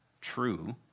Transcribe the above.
true